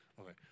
Okay